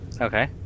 Okay